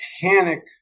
titanic